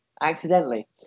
accidentally